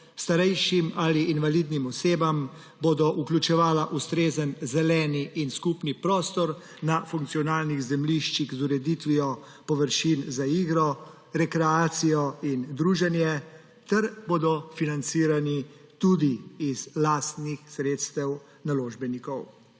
starejšim ali invalidnim osebam, bodo vključevali ustrezen zeleni in skupni prostor na funkcionalnih zemljiščih z ureditvijo površin za igro, rekreacijo in druženje ter bodo financirani tudi iz lastnih sredstev naložbenikov.